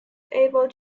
able